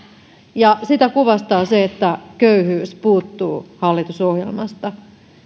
ja sitä kuvastaa se että köyhyys puuttuu hallitusohjelmasta